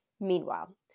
meanwhile